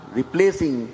replacing